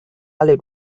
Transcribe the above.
lid